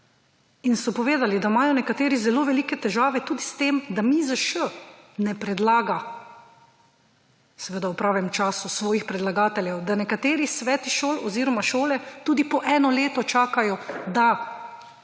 in so povedali, da imajo nekateri zelo velike težave tudi s tem, MIZŠ ne predlaga v pravem času svojih predlagateljev, da nekateri sveti šol oziroma šole tudi po eno leto čakajo, da